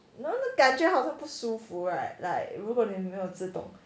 然后那个感觉好像不舒服 right like 如果你没有自动